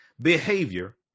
behavior